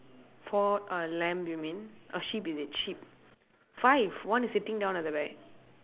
four uh lamb you mean or sheep is it sheep five one is sitting down at the back